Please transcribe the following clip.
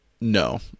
No